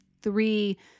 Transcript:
three